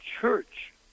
church